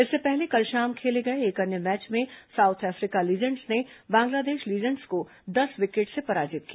इससे पहले कल शाम खेले गए एक अन्य मैच में साउथ अफ्रीका लीजेंड्स ने बांग्लादेश लीजेंड्स को दस विकेट से पराजित किया